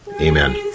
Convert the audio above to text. Amen